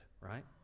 Right